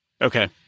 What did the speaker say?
Okay